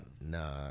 nah